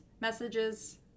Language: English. messages